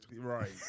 Right